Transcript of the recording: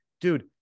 dude